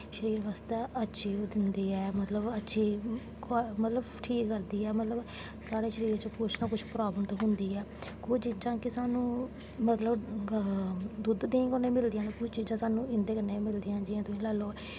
शरीर बास्तै अच्छी ओह् दिंदी ऐ मतलब अच्छी मतलब ठीक करदी ऐ मतलब साढ़े शरीर च कुछ ना कुछ प्राब्लम ते होंदी ऐ कुछ चीज़ां केह् मतलब सानूं दुद्ध देहीं कन्नै मिलदियां ते कुछ चीज़ां सानूं इं'दे कन्नै बी मिलदियां जि'यां तुस लाई लैओ